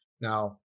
Now